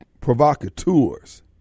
provocateurs